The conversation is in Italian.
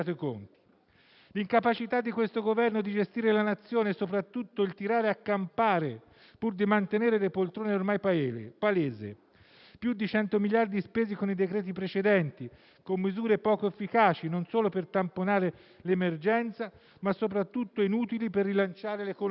L'incapacità di questo Esecutivo di gestire la Nazione e soprattutto il tirare a campare pur di mantenere le poltrone è ormai palese. Più di 100 miliardi spesi con i decreti precedenti, con misure poco efficaci non solo per tamponare l'emergenza, ma soprattutto inutili per rilanciare l'economia.